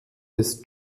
des